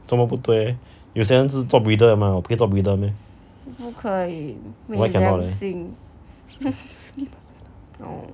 做么不对 leh 有些人只做 breeder 的吗我不会做 breeder meh why cannot leh